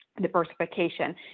diversification